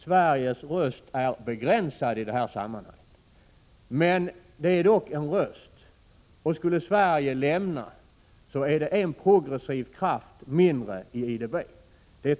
Sveriges röst är förvisso begränsad, Bertil Måbrink, men det är dock en röst. Skulle Sverige lämna IDB blir det en progressiv kraft mindre i banken.